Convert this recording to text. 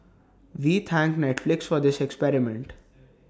we thank Netflix for this experiment